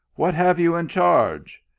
what have you in charge?